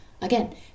Again